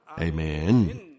Amen